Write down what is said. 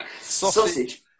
Sausage